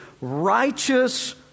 righteous